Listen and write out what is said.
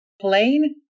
plane